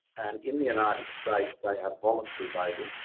and in the united states, they have voluntary voting.